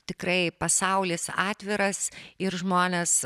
tikrai pasaulis atviras ir žmonės